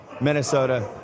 Minnesota